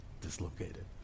dislocated